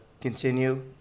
continue